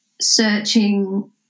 searching